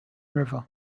river